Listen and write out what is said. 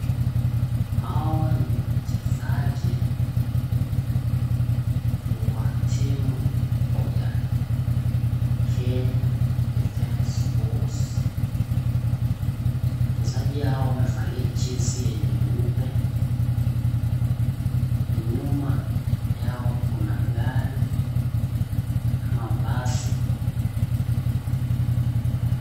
Hawa ni wachezaji wa timu ya Kenya Defence Force. Wachezaji hawa wamevaa jezi nyeupe, nyuma yao kuna gari, mabasi.